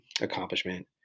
Accomplishment